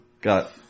got